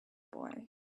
boy